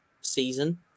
season